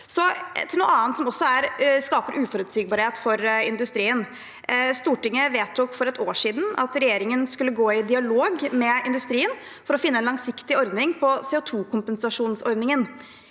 noe annet, som også skaper uforutsigbarhet for industrien. Stortinget vedtok for et år siden at regjeringen skulle gå i dialog med industrien for å finne en langsiktig ordning med tanke på CO2-kompensasjonsordningen.